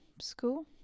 school